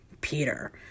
Peter